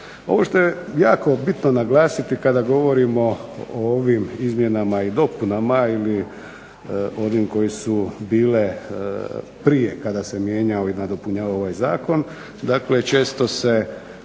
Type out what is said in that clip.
Ono što je jako bitno naglasiti kada govorimo o ovim izmjenama i dopunama ili onim koje su bile prije kada se mijenjao ili nadopunjavao ovaj